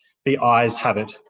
the ayes have it.